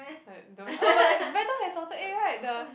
right don't oh but eh BreadTalk has salted egg right the